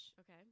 Okay